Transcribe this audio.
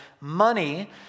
money